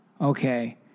okay